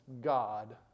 God